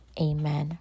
amen